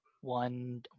one